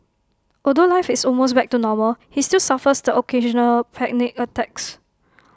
although life is almost back to normal he still suffers the occasional panic attacks